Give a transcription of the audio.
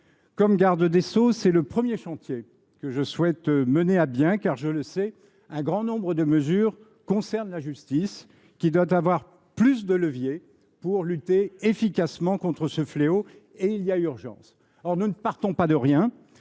que garde des sceaux, c’est le premier chantier que je souhaite mener à bien, car, je le sais, un grand nombre de mesures concernent la justice. Celle ci doit avoir à sa disposition plus de leviers pour lutter efficacement contre ce fléau. Et il y a urgence.